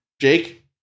Jake